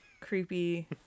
creepy